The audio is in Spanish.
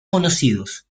conocidos